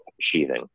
Sheathing